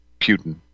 Putin